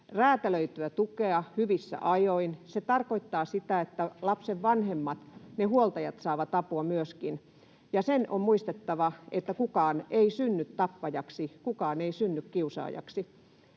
räätälöityä tukea hyvissä ajoin, se tarkoittaa sitä, että lapsen vanhemmat, ne huoltajat, saavat apua myöskin. Se on muistettava, että kukaan ei synny tappajaksi, kukaan ei synny kiusaajaksi,